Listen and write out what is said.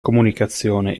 comunicazione